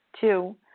Two